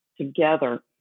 together